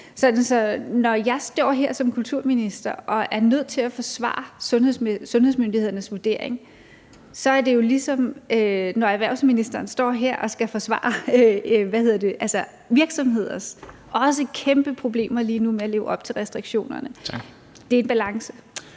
når jeg står her som kulturminister og er nødt til at forsvare sundhedsmyndighedernes vurdering, er det jo ligesom, når erhvervsministeren står her og skal forsvare det over for virksomhedernes også kæmpe problemer lige nu med at leve op til restriktionerne. Det er en balance.